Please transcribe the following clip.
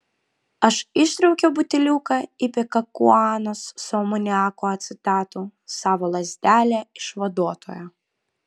aš ištraukiau buteliuką ipekakuanos su amoniako acetatu savo lazdelę išvaduotoją